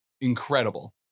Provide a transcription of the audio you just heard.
incredible